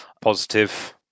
positive